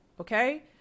okay